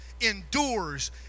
endures